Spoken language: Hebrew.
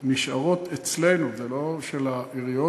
נשארות אצלנו, זה לא של העיריות.